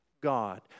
God